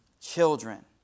children